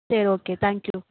சரி okay thank you